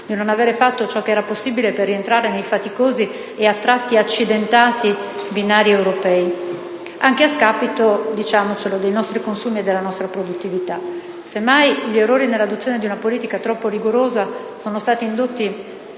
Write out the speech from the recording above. di non aver fatto ciò che era possibile per rientrare nei faticosi e a tratti accidentati binari europei, anche a scapito - diciamocelo - dei nostri consumi e della nostra produttività. Semmai, gli errori nell'adozione di una politica troppo rigorosa sono stati indotti